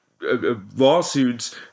lawsuits